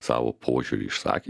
savo požiūrį išsakė